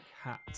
Hat